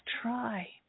try